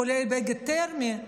כולל ביגוד תרמי,